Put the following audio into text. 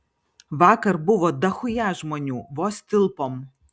vakar buvo dachuja žmonių vos tilpom